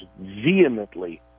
vehemently